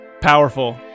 Powerful